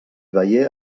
veié